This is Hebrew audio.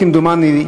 כמדומני,